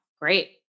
Great